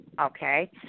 Okay